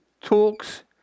talks